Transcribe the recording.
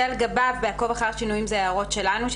כשבעקוב אחר שינויים זה הערות שלנו,